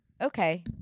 Okay